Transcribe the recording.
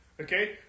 Okay